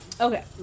Okay